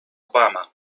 obama